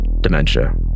dementia